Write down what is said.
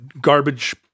garbage